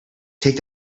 take